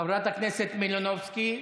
חברת הכנסת מלינובסקי,